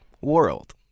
world